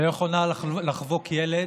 שהוא באמת כל גאוותי,